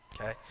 okay